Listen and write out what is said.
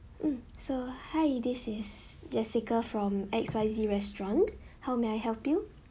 hmm so hi this is jessica from X Y Z restaurant how may I help you